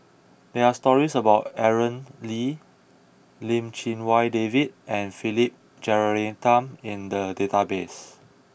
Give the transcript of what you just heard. there are stories about Aaron Lee Lim Chee Wai David and Philip Jeyaretnam in the database